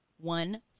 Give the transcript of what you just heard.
One